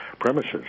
premises